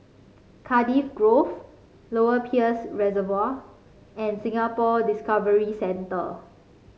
Cardiff Grove Lower Peirce Reservoir and Singapore Discovery Centre